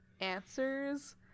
answers